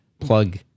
plug